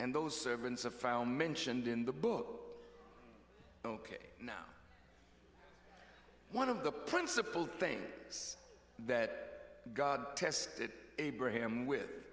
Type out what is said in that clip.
and those servants of found mentioned in the book ok now one of the principal thing that god tested abraham with